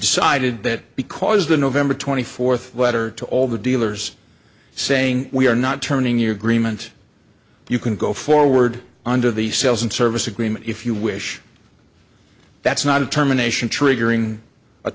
decided that because the nov twenty fourth letter to all the dealers saying we are not turning your green meant you can go forward under the sales and service agreement if you wish that's not a terminations triggering